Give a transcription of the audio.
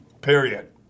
Period